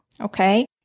Okay